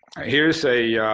here's a